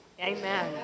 Amen